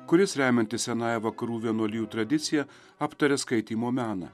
kuris remiantis senąja vakarų vienuolijų tradicija aptaria skaitymo meną